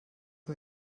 nur